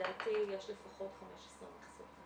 --- לדעתי יש לפחות 15 מכסות.